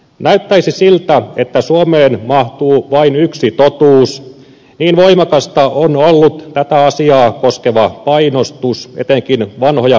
näyttäisi siltä että suomeen mahtuu vain yksi totuus niin voimakasta on ollut tätä asiaa koskeva painostus etenkin vanhoja puolueita kohtaan